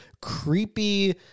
creepy